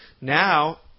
Now